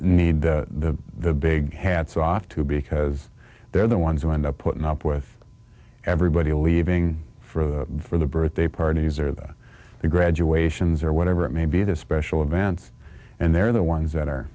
need the big hats off to because they're the ones who end up putting up with everybody leaving for the for the birthday parties or about the graduations or whatever it may be the special events and they're the ones that are